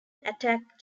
attack